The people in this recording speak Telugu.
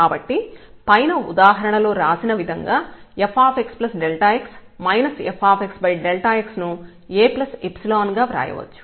కాబట్టి పైన ఉదాహరణలో రాసిన విధంగా fxx fx ను Aϵ గా వ్రాయవచ్చు